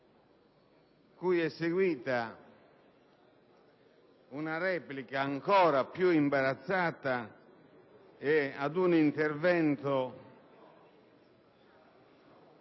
cui è seguita una replica ancora più imbarazzata, e ad un intervento